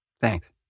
Thanks